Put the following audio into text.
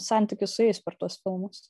santykį su jais per tuos filmus